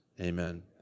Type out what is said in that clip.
Amen